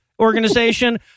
Organization